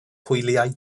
hwyliau